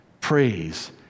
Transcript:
praise